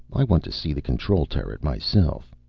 i want to see the control turret myself.